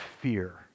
fear